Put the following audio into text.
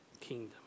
kingdom